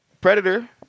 Predator